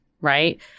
right